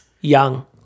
young